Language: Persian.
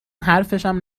حرفشم